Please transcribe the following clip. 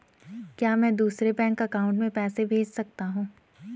क्या मैं दूसरे बैंक अकाउंट में पैसे भेज सकता हूँ?